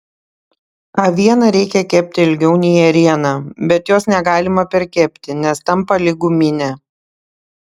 avieną reikia kepti ilgiau nei ėrieną bet jos negalima perkepti nes tampa lyg guminė